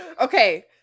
Okay